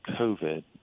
COVID